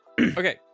Okay